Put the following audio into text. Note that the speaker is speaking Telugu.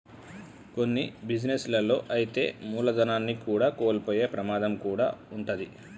కొన్ని బిజినెస్ లలో అయితే మూలధనాన్ని కూడా కోల్పోయే ప్రమాదం కూడా వుంటది